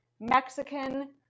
Mexican